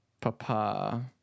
papa